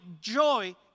joy